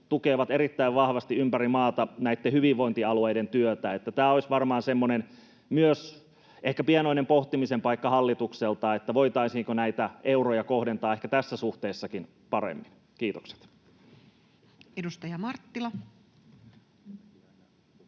tukevat erittäin vahvasti ympäri maata hyvinvointialueiden työtä. Eli myös tämä olisi varmaan semmoinen ehkä pienoinen pohtimisen paikka hallitukselta, voitaisiinko euroja kohdentaa ehkä tässä suhteessakin paremmin. — Kiitokset. [Speech 91] Speaker: